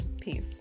Peace